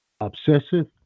Obsessive